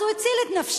אז הוא הציל את נפשו,